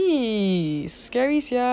!ee! scary sia ring